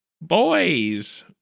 boys